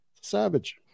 Savage